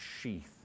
sheath